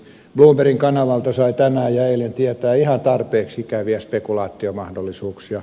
bloombergin kanavalta sain tänään ja eilen tietää ihan tarpeeksi ikäviä spekulaatiomahdollisuuksia